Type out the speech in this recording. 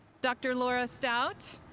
dr. laura stout,